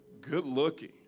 good-looking